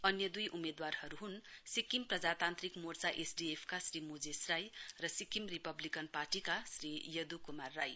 अन्य दुई उम्मेदवार हुनुहुन्छ सिक्किम क्रान्तिकारी मोर्चा एसडीएप का श्री मोजेस राई र सिक्किम रिपब्लिकन पार्टीका श्री यदु कुमार राई